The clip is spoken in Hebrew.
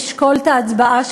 לשקול את ההצבעה שלכם.